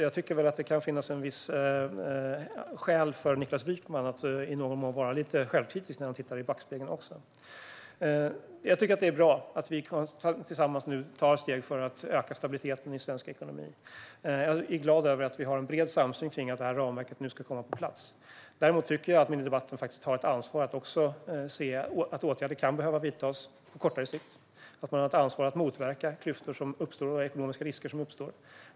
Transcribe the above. Jag tycker att det kan finnas vissa skäl för Niklas Wykman att även i någon mån vara lite självkritisk när han tittar i backspegeln. Jag tycker att det är bra att vi nu tillsammans tar steg för att öka stabiliteten i svensk ekonomi. Jag är glad över att vi har en bred samsyn kring att det här ramverket nu ska komma på plats. Men jag tycker att man även bör ta ansvar och se att åtgärder kan behöva vidtas på kortare sikt. Man har ett ansvar att motverka klyftor och ekonomiska risker som uppstår.